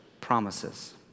promises